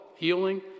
healing